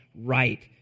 right